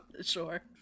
Sure